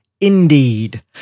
indeed